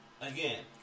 Again